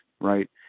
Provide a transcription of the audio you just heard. right